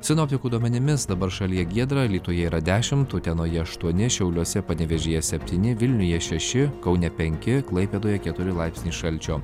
sinoptikų duomenimis dabar šalyje giedra alytuje yra dešimt utenoje aštuoni šiauliuose panevėžyje septyni vilniuje šeši kaune penki klaipėdoje keturi laipsniai šalčio